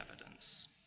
evidence